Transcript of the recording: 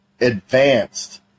advanced